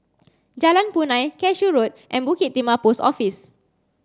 Jalan Punai Cashew Road and Bukit Timah Post Office